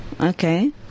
Okay